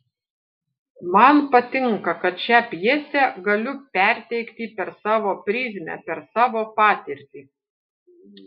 man patinka kad šią pjesę galiu perteikti per savo prizmę per savo patirtį